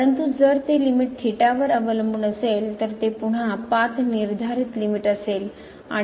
परंतु जर ते लिमिट थीटावर अवलंबून असेल तर ती पुन्हा पाथ निर्धारित लिमिट असेल